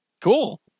Cool